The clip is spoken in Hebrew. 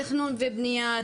תכנון ובנייה,